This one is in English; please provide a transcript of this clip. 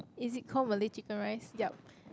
is it called Malay chicken rice yup